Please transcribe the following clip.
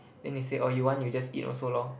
then they say oh you want you just eat also lor